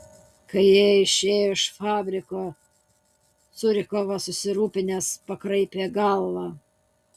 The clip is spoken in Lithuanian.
kai jie išėjo iš fabriko curikovas susirūpinęs pakraipė galva